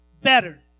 Better